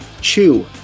Chew